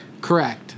Correct